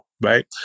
right